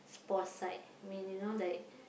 spouse side I mean you know like